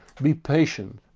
be patient.